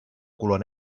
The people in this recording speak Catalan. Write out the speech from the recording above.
color